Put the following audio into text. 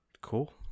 Cool